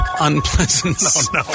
Unpleasant